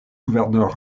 gouverneur